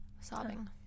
sobbing